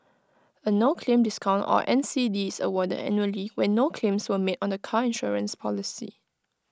A no claim discount or N C D is awarded annually when no claims were made on the car insurance policy